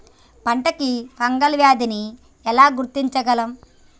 పంట కి ఫంగల్ వ్యాధి ని ఎలా గుర్తించగలం?